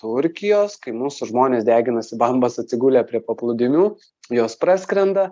turkijos kai mūsų žmonės deginasi bambas atsigulę prie paplūdimių juos praskrenda